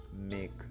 make